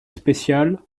spéciale